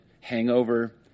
hangover